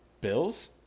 Bills